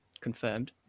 confirmed